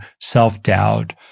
self-doubt